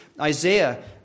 Isaiah